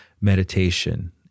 meditation